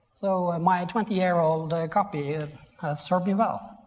so my twenty year old copy ah served me well.